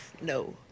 no